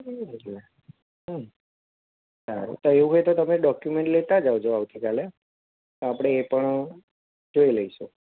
એટલે હે ને સારું તો એવું હોય તો તમે ડોક્યુમેન્ટ લેતાં જ આવજો આવતી કાલે આપણે એ પણ જોઈ લઈશું